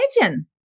imagine